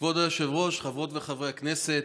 כבוד היושב-ראש, חברות וחברי הכנסת,